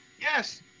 Yes